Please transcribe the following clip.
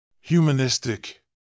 Humanistic